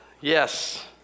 Yes